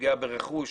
פגיעה ברכוש.